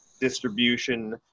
distribution